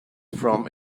from